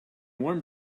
warm